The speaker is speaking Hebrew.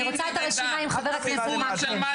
אני רוצה את הרשימה עם חבר הכנסת מקלב,